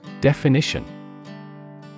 Definition